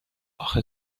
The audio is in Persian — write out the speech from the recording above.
آخه